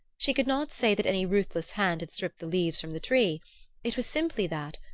she could not say that any ruthless hand had stripped the leaves from the tree it was simply that,